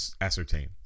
ascertain